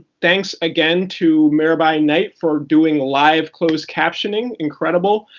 thanks again to mirabai knight for doing live closed captioning. incredible.